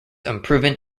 unproven